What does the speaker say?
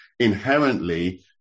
inherently